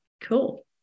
cool